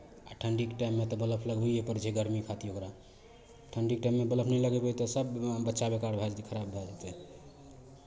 आ ठण्ढीके टाइममे तऽ बलफ लगबैए पड़ै छै गरमी खातिर ओकरा ठण्ढीके टाइममे बलफ नहि लगेबै तऽ सभ बिम बच्चा बेकार भए जेतै खराब भए जेतै